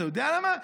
אתה יודע למה?